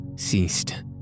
ceased